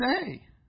say